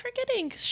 forgetting